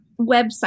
website